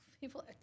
People